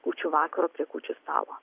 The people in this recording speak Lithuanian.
kūčių vakaro prie kūčių stalo